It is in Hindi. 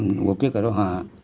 ओके करो हाँ